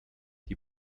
die